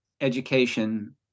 education